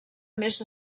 més